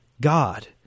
God